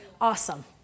awesome